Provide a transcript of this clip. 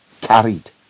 carried